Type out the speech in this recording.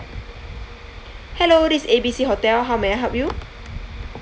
hello this A B C hotel how may I help you